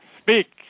speak